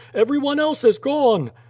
everyone else has gone!